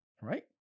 Right